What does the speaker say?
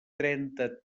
trenta